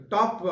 Top